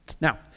Now